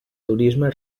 turisme